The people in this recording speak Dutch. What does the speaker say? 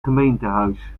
gemeentehuis